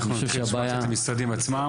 אנחנו נתחיל לשמוע קצת את המשרדים עצמם.